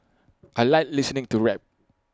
I Like listening to rap